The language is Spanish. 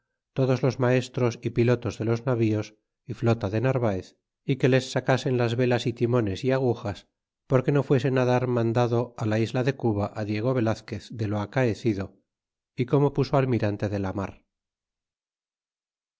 todos los maestres y pilotos de los navíos y flota de narvaez y que les sacasen las velas y timones d agujas porque no fuesen dar mandado la isla de cuba diego velazquez de lo acaecido y como puso almirante de la mar